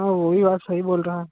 हाँ वह भी सही बोल रहा